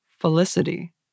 Felicity